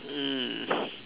mm